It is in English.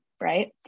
right